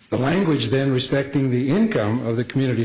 of the language then respecting the income of the community